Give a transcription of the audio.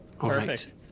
perfect